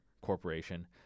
Corporation